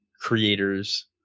creators